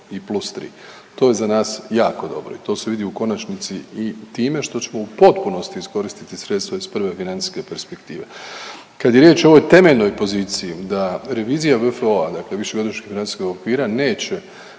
i plus 3. To je za nas jako dobro i to se vidi u konačnici i time što ćemo u potpunosti iskoristiti sredstva iz prve financijske perspektive. Kad je riječ o ovoj temeljnoj poziciji da revizija VFO dakle višegodišnjeg financijskog okvira neće